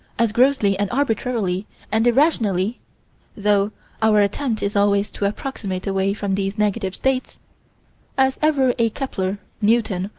as grossly and arbitrarily and irrationally though our attempt is always to approximate away from these negative states as ever a kepler, newton,